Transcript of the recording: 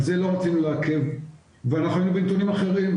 על זה לא רצינו לעכב ואנחנו היינו בנתונים אחרים.